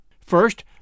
First